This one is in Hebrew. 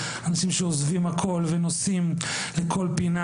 אנשים שעוזבים הכל ונוסעים לכל פינה,